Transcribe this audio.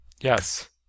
Yes